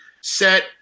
set